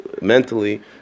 mentally